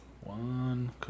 One